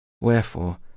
Wherefore